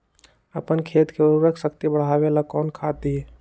अपन खेत के उर्वरक शक्ति बढावेला कौन खाद दीये?